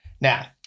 now